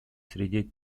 среде